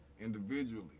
individually